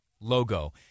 logo